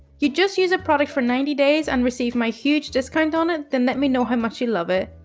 you'd just use a product for ninety days and receive my huge discount on it, then let me know how much you love it.